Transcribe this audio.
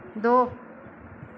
दो